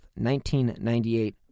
1998